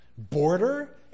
Border